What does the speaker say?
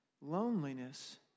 Loneliness